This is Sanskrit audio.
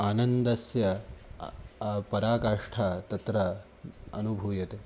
आनन्दस्य पराकाष्ठा तत्र अनुभूयते